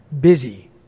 Busy